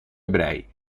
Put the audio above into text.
ebrei